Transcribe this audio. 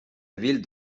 ville